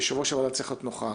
יושב-ראש הוועדה צריך להיות נוכח.